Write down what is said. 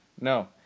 No